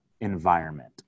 environment